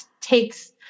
takes